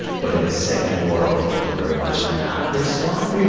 but it is set in a world that feels very much not this one.